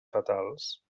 fatals